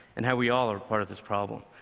and how we all are part of this problem.